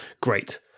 Great